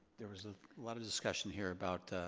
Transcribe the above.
there was a lot of discussion here about,